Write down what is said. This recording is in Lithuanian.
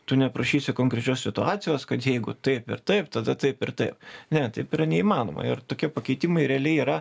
tu neprašysi konkrečios situacijos kad jeigu taip ir taip tada taip ir taip ne taip yra neįmanoma ir tokie pakeitimai realiai yra